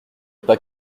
pas